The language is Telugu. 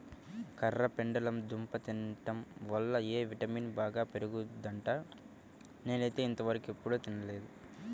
కర్రపెండలం దుంప తింటం వల్ల ఎ విటమిన్ బాగా పెరుగుద్దంట, నేనైతే ఇంతవరకెప్పుడు తినలేదు